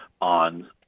on